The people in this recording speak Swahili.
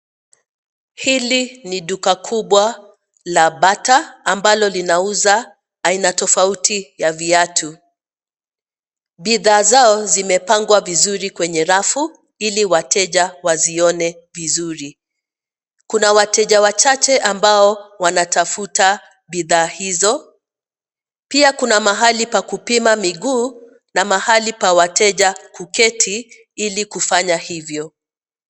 Hili, ni duka kubwa, la Bata ambalo linauza, aina tofauti ya viatu. Bidhaa zao zimepangwa vizuri kwenye rafu, ili wateja wazione vizuri. Kuna wateja wachache ambao wanatafuta, bidhaa hizo, pia kuna mahali pa kupima miguu, na mahali pa wateja, kuketi ilikufanya hivyo.